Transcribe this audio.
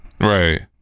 Right